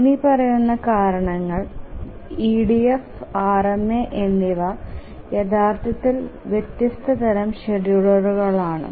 ഇനിപ്പറയുന്ന കാരണങ്ങളാൽ EDF RMA എന്നിവ യഥാർത്ഥത്തിൽ വ്യത്യസ്ത തരം ഷെഡ്യൂളറുകളാണ്